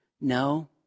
No